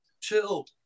chill